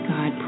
God